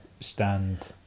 stand